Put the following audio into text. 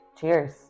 Cheers